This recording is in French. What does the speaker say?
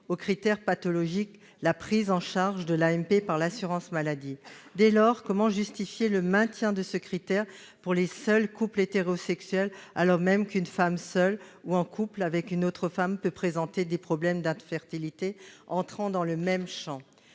aux critères pathologiques la prise en charge de l'AMP par l'assurance maladie. Dès lors, comment justifier le maintien de ce critère pour les seuls couples hétérosexuels, alors qu'une femme seule ou en couple avec une autre femme peut présenter des problèmes d'infertilité entrant dans le même champ ?